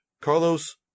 Carlos